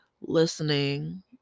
listening